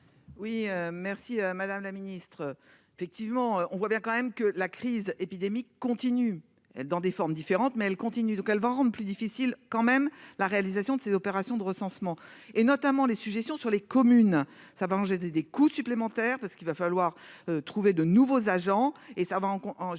Oui merci madame la ministre, effectivement, on voit bien quand même que la crise épidémique continue dans des formes différentes, mais elles continuent, donc elle va rendent plus difficile quand même, la réalisation de cette opération de recensement et notamment les suggestions sur les communes, ça va changer des des coûts supplémentaires, parce qu'il va falloir trouver de nouveaux agents et ça va encore en générer